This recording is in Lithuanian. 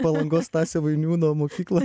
palangos stasio vainiūno mokyklos